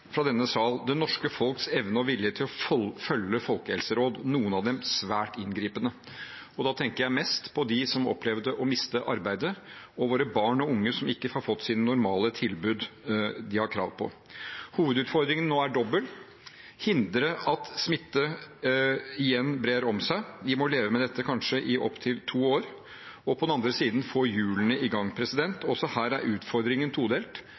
det norske folks evne og vilje til å følge folkehelseråd, noen av dem svært inngripende. Da tenker jeg mest på dem som opplevde å miste arbeidet, og på våre barn og unge som ikke har fått sine normale tilbud som de har krav på. Hovedutfordringen nå er dobbel: hindre at smitte igjen brer om seg – vi må leve med dette i kanskje opptil to år – og på den andre siden få hjulene i gang. Også her er utfordringen todelt: